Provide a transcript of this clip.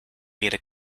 rede